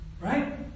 right